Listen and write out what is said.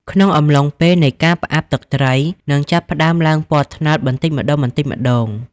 ក្នុងអំឡុងពេលនៃការផ្អាប់ ទឹកប្រៃ នឹងចាប់ផ្តើមឡើងពណ៌ត្នោតបន្តិចម្តងៗ។